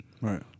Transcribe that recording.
Right